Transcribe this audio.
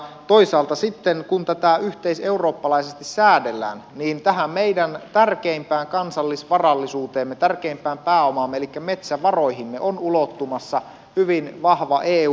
toisaalta sitten kun tätä yhteiseurooppalaisesti säädellään niin tähän meidän tärkeimpään kansallisvarallisuuteemme tärkeimpään pääomaamme elikkä metsävaroihimme on ulottumassa hyvin vahva eu ulottuvuus